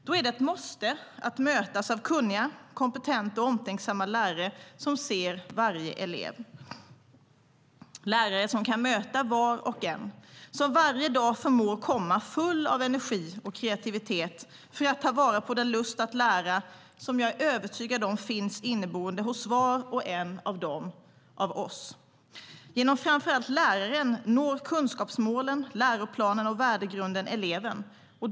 Då är det ett måste att mötas av kunniga, kompetenta och omtänksamma lärare som ser varje elev, som kan möta var och en och som varje dag förmår att komma full av energi och kreativitet för att ta vara på den lust att lära som finns inneboende hos var och en av dem och av oss. Genom framför allt läraren når kunskapsmålen, läroplanerna och värdegrunden eleven.